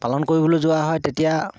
পালন কৰিবলৈ যোৱা হয় তেতিয়া